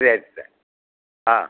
ಸರಿ ಸರ್ ಹಾಂ